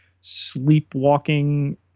sleepwalking